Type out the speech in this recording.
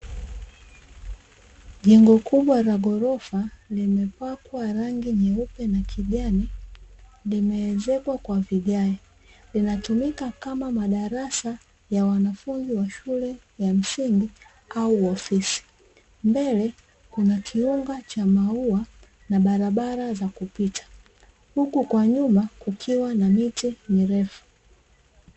Jengo kubwa la ghorofa limepakwa rangi ya nyeupe na kijani, limeezekwa kwa vigae linatumika kama madarasa ya wanafunzi wa shule ya msingi au ofisi, mbele kuna kiunga cha maua na barabara za kupita huku kwa nyuma kukiwa na miti mirefu.